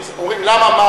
היא גם מצליחה,